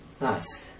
Nice